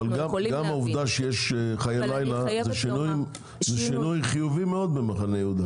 אבל גם העובדה שיש חיי לילה זה שינוי חיובי מאוד במחנה יהודה,